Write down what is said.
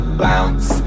bounce